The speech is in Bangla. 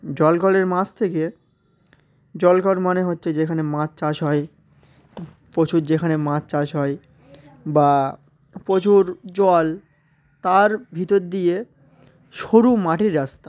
জলখলের মাছ থেকে জলখল মনে হচ্ছে যেখানে মাছ চাষ হয় প্রচুর যেখানে মাছ চাষ হয় বা প্রচুর জল তার ভিতর দিয়ে সরু মাটির রাস্তা